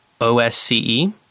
OSCE